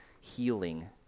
healing